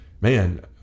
man